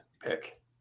pick